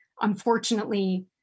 unfortunately